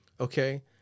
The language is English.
okay